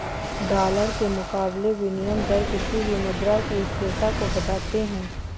dollar के मुकाबले विनियम दर किसी भी मुद्रा की स्थिरता को बताते हैं